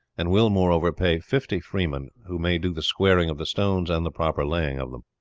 and will, moreover, pay fifty freemen who may do the squaring of the stones and the proper laying of them.